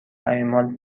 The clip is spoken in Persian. اعمال